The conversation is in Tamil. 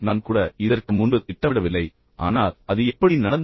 நான் கூட இதற்கு முன்பு திட்டமிடவில்லை ஆனால் அது எப்படி நடந்தது